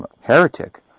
heretic